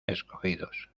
escogidos